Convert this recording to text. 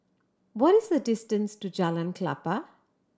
what is the distance to Jalan Klapa